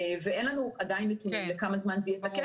ואין לנו עדיין נתונים לכמה זמן ה יהיה תקף.